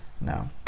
No